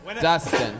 Dustin